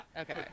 okay